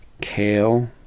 kale